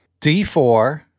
d4